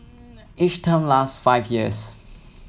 each term lasts five years